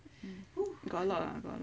got a lot ah got a lot